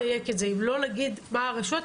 נדייק את זה אם לא נזכיר שמות של הרשויות,